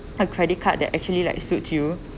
a credit card that actually like suit you